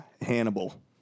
Hannibal